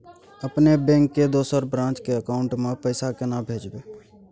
अपने बैंक के दोसर ब्रांच के अकाउंट म पैसा केना भेजबै?